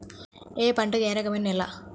ఏ పంటకు ఏ రకమైన నేల?